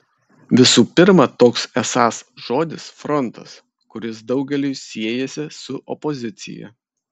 visų pirma toks esąs žodis frontas kuris daugeliui siejasi su opozicija